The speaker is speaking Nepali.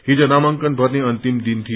हिज नामांकन भर्ने अन्तिम दिन थियो